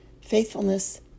faithfulness